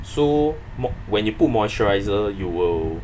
so mo~ when you put moisturiser you will